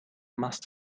must